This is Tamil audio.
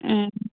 ம்